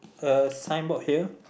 the signboard here